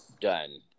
done